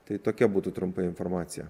tai tokia būtų trumpa informacija